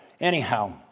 Anyhow